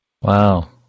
Wow